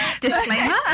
disclaimer